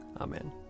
Amen